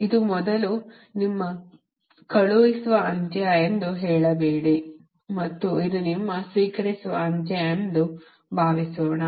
ಇದು ಮೊದಲು ನಿಮ್ಮ ಕಳುಹಿಸುವ ಅಂತ್ಯ ಎಂದು ಹೇಳಬೇಡಿ ಮತ್ತು ಇದು ನಿಮ್ಮ ಸ್ವೀಕರಿಸುವ ಅಂತ್ಯ ಎಂದು ಭಾವಿಸೋಣ